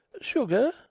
Sugar